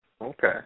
Okay